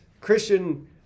Christian